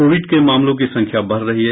Covid के मामलों की संख्या बढ़ रही है